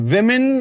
Women